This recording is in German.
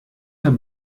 der